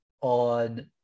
on